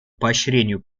поощрению